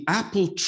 apple